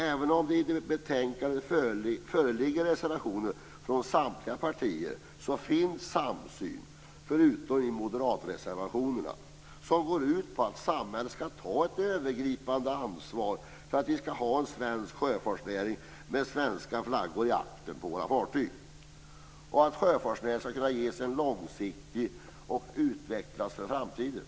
Även om det i betänkandet föreligger reservationer från samtliga partier finns det en samsyn - men det gäller inte moderatreservationerna - som går ut på att samhället skall ta ett övergripande ansvar för att vi skall ha en svensk sjöfartsnäring med svenska flaggor i aktern på våra fartyg. Sjöfartsnäringen skall kunna ges en långsiktighet och utvecklas för framtiden.